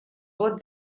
bot